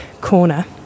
corner